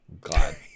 God